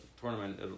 tournament